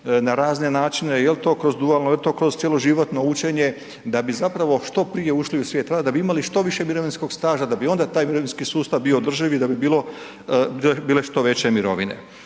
na razne načine, je li to kroz dualno, je li to kroz cjeloživotno učenje, da bi zapravo što prije ušli u svijet rada, da bi imali što više mirovinskog staža, da bi onda taj mirovinski sustav bio održiv i da bi bilo što veće mirovine.